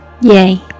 Yay